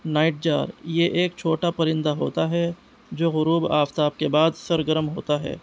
nightjar یہ ایک چھوٹا پرندہ ہوتا ہے جو غروب آفتاب کے بعد سرگرم ہوتا ہے